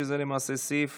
שהוא למעשה הסעיף